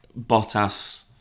Bottas